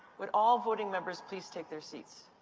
would all voting members please take their seats?